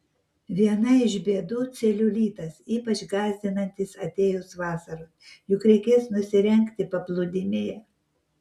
viena iš bėdų celiulitas ypač gąsdinantis atėjus vasarai juk reikės nusirengti paplūdimyje